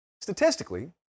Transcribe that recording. Statistically